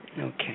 Okay